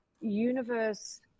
universe